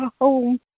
home